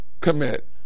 commit